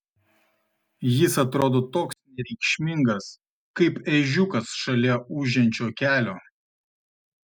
jis atrodo toks nereikšmingas kaip ežiukas šalia ūžiančio kelio